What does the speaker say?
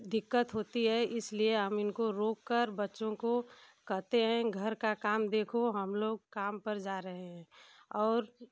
दिक्कत होती है इसलिए हम इनको रोक कर बच्चों को कहतें हैं घर का काम देखो हम लोग काम पर जा रहे हैं और